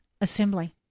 assembly